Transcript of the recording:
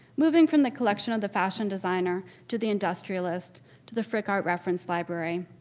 moving from the collection of the fashion designer to the industrialist to the frick art reference library,